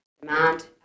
demand